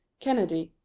kennedy,